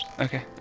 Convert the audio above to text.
Okay